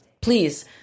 please